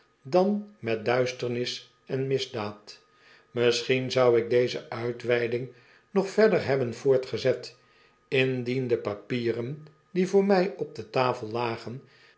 dan met duisternis en misdaad misschien zou ik deze uitweiding nog verder hebben voortgezet indien de papieren die voor my op de tafel lagen